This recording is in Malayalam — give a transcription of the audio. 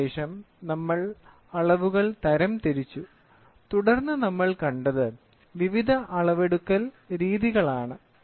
അതിനുശേഷം നമ്മൾ അളവുകൾ തരംതിരിച്ചു തുടർന്ന് നമ്മൾ കണ്ടത് വിവിധ അളവെടുക്കൽ രീതികളാണ്